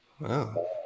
Wow